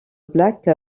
black